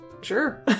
sure